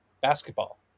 basketball